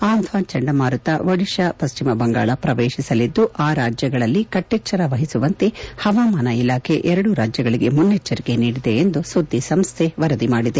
Amphan ಚಂಡಮಾರುತ ಒಡಿತಾ ಪಶ್ಚಿಮ ಬಂಗಾಳ ಪ್ರವೇಶಿಸಲಿದ್ದು ಆ ರಾಜ್ಯಗಳಲ್ಲಿ ಕಟ್ಟೆಚ್ಚರ ವಹಿಸುವಂತೆ ಹವಾಮಾನ ಇಲಾಖೆ ಎರಡು ರಾಜ್ದಗಳಿಗೆ ಮುನ್ನೆಚ್ಚರಿಕೆ ನೀಡಿದೆ ಎಂದು ಸುದ್ಲಿಸಂಸ್ಹೆ ವರದಿ ಮಾಡಿದೆ